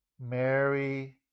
Mary